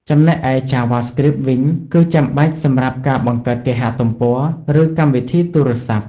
ចំណែកឯ JavaScript វិញ គឺចាំបាច់សម្រាប់ការបង្កើតគេហទំព័រ ឬកម្មវិធីទូរស័ព្ទ។